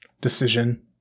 decision